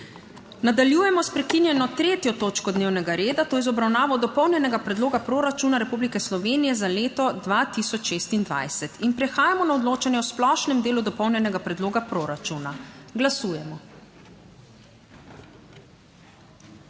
Nadaljujemo s prekinjeno 3. točko dnevnega reda, to je z obravnavo dopolnjenega predloga proračuna Republike Slovenije za leto 2026. In prehajamo na odločanje o splošnem delu dopolnjenega predloga proračuna Glasujemo.